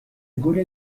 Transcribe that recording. گلیه